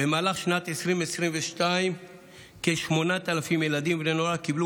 במהלך שנת 2022 כ-8,000 ילדים ובני נוער קיבלו